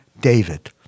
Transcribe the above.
David